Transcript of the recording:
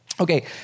Okay